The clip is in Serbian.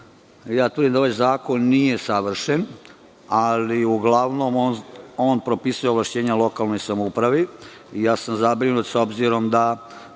tvrdim da ovaj zakon nije savršen, ali uglavnom, on propisuje ovlašćenja lokalnoj samoupravi. Zabrinut sam, s obzirom da